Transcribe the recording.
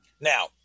now